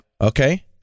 Okay